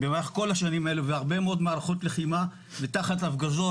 במהלך כל השנים האלה ולאורך הרבה מאוד מערכות לחימה ותחת הפגזות,